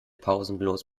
pausenlos